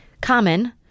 Common